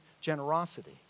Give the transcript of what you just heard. generosity